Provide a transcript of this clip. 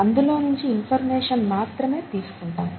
అందులో నించి ఇన్ఫర్మేషన్ మాత్రమే తీసుకుంటాము